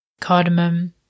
cardamom